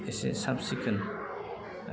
एसे साब सिखोन